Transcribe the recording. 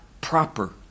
proper